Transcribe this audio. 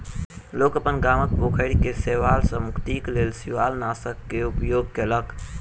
लोक अपन गामक पोखैर के शैवाल सॅ मुक्तिक लेल शिवालनाशक के उपयोग केलक